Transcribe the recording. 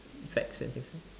effects and things like that